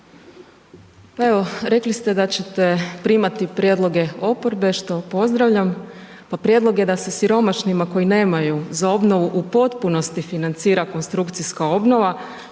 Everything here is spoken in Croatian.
Pa evo, rekli ste da ćete primati prijedloge oporbe, što pozdravljam, pa prijedlog je da se siromašnima koji nemaju za obnovu u potpunosti financira konstrukcijska obnova